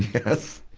yes?